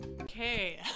Okay